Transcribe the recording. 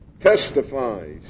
testifies